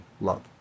love